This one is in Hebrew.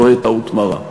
טועה טעות מרה.